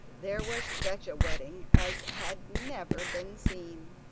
there was such a wedding as had never been seen.